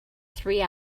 three